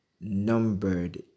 numbered